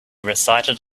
recited